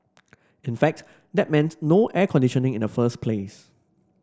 in fact that meant no air conditioning in the first place